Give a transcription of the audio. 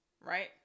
right